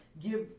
give